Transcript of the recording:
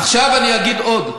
עכשיו אני אגיד עוד.